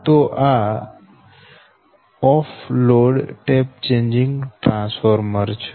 તો આ off load tap changing transformer છે